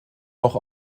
noch